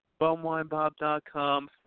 bumwinebob.com